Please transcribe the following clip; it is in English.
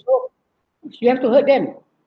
so you have to hurt them